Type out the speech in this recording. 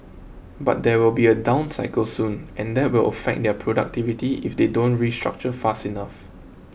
but there will be a down cycle soon and that will affect their productivity if they don't restructure fast enough